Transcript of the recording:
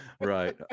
Right